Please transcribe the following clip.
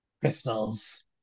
crystals